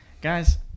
guys